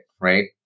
right